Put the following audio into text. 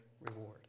reward